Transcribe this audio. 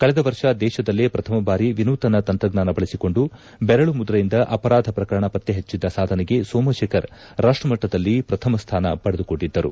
ಕಳೆದ ವರ್ಷ ದೇಶದಲ್ಲೇ ಪ್ರಥಮ ಬಾರಿ ವಿನೂತನ ತಂತ್ರಜ್ಞಾನ ಬಳಸಿಕೊಂಡು ಬೆರಳು ಮುದ್ರೆಯಿಂದ ಅಪರಾಧ ಪ್ರಕರಣ ಪತ್ತೆ ಪಟ್ಟಿದ್ದ ಸಾಧನೆಗೆ ಸೋಮಶೇಖರ್ ರಾಷ್ಟಮಟ್ಟದಲ್ಲಿ ಪ್ರಥಮಸ್ಥಾನ ಪಡೆದುಕೊಂಡಿದ್ದರು